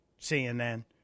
CNN